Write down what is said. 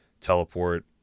teleport